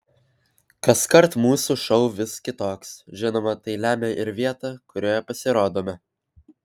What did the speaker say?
kaskart mūsų šou vis kitoks žinoma tai lemia ir vieta kurioje pasirodome